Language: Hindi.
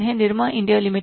Nirma India limited